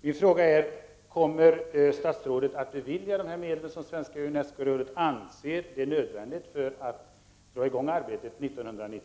Min fråga är: Kommer statsrådet att bevilja de medel som Svenska Unescorådet anser är nödvändiga för att dra i gång arbetet 1990?